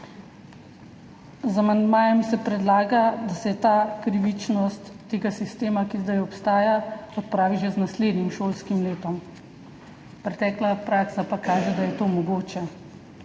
Z amandmajem se predlaga, da se ta krivičnost tega sistema, ki zdaj obstaja, odpravi že z naslednjim šolskim letom, pretekla praksa pa kaže, da je to mogoče.